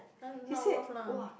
!huh! not worth lah